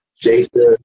Jason